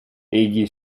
egli